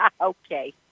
Okay